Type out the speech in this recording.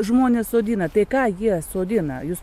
žmonės sodina tai ką jie sodina jus